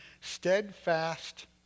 steadfast